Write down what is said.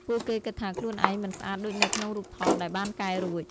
ពួកគេគិតថាខ្លួនឯងមិនស្អាតដូចនៅក្នុងរូបថតដែលបានកែរួច។